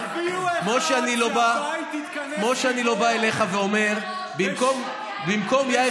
כמו שאני לא בא אליך ואומר: במקום יאיר